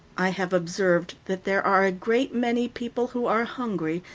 i have observed that there are a great many people who are hungry,